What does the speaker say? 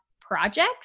projects